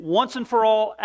once-and-for-all